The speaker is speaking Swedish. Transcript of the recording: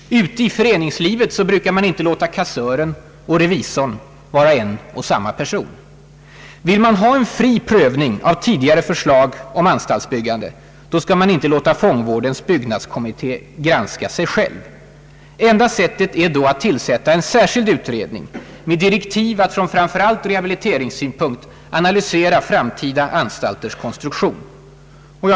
Ute i föreningslivet brukar man inte låta kassören och revisorn vara en och samma person. Vill man ha en fri prövning av tidigare förslag om anstaltsbyggande, skall man inte låta fångvårdens byggnadskommitté granska sig själv. Enda sättet är då att tillsätta en särskild utredning med direktiv att framför allt från rehabiliteringssynpunkt analysera framtida anstalters konstruktion.